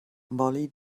mollie